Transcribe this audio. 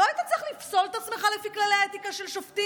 לא היית צריך לפסול את עצמך לפי כללי האתיקה של שופטים,